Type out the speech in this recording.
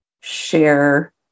share